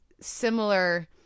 similar